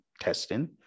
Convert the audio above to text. testing